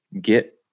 get